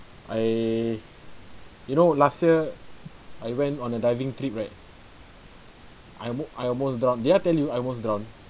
I you know last year I went on a diving trip right I mo~ I almost drown did I tell you I almost drown